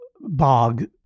bog